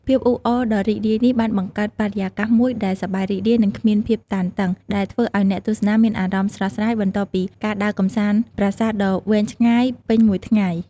ភាពអ៊ូអរដ៏រីករាយនេះ បានបង្កើតបរិយាកាសមួយដែល សប្បាយរីករាយ និង គ្មានភាពតានតឹង ដែលធ្វើឲ្យអ្នកទស្សនាមានអារម្មណ៍ ស្រស់ស្រាយ បន្ទាប់ពីការដើរកម្សាន្តប្រាសាទដ៏វែងឆ្ងាយពេញមួយថ្ងៃ។